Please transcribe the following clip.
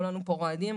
וכולנו פה רועדים,